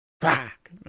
Fuck